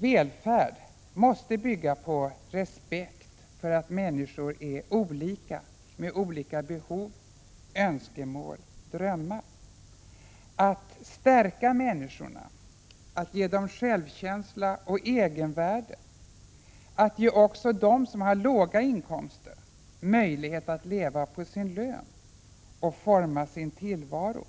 Välfärd måste bygga på respekt för att människor är olika med olika behov, önskemål och drömmar. Att stärka människorna, att ge dem självkänsla och egenvärde, att ge också dem som har låga och vanliga inkomster möjlighet att leva på sin lön och forma sin tillvaro